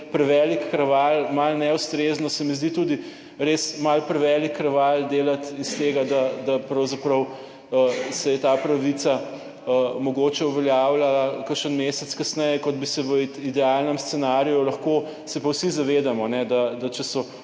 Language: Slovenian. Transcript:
prevelik kraval malo neustrezno, se mi zdi tudi res malo prevelik kraval delati iz tega, da pravzaprav se je ta pravica mogoče uveljavljala kakšen mesec kasneje kot bi se v idealnem scenariju lahko. Se pa vsi zavedamo, da če so